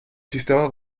sistema